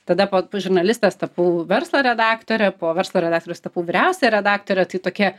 tada po po žurnalistės tapau verslo redaktorė po verslo redaktorės tapau vyriausia redaktore tai tokie